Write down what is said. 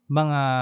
mga